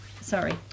Sorry